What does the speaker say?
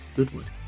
Goodwood